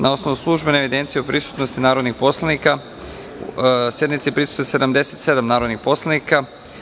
Na osnovu službene evidencije o prisutnosti narodnih poslanika, konstatujem da sednici prisustvuje 77 narodnih poslanika.